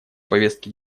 повестке